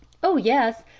oh, yes,